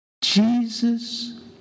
Jesus